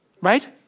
right